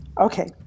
Okay